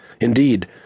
Indeed